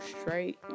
straight